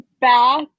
back